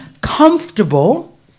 comfortable